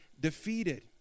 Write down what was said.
defeated